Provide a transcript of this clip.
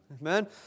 Amen